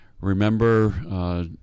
Remember